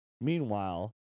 Meanwhile